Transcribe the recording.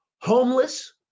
homeless